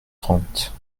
trente